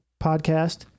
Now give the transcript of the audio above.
podcast